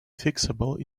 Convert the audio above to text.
fixable